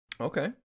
Okay